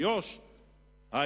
ביהודה ושומרון,